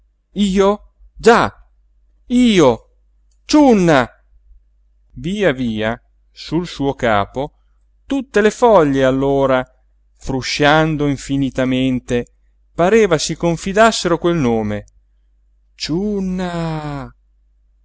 io già io ciunna via via sul suo capo tutte le foglie allora frusciando infinitamente pareva si confidassero quel nome ciunna